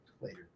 later